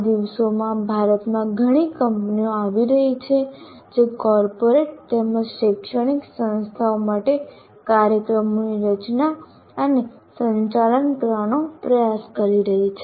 આ દિવસોમાં ભારતમાં ઘણી કંપનીઓ આવી રહી છે જે કોર્પોરેટ તેમજ શૈક્ષણિક સંસ્થાઓ માટે કાર્યક્રમોની રચના અને સંચાલન કરવાનો પ્રયાસ કરી રહી છે